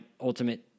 ultimate